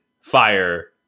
fire